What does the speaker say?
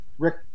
Rick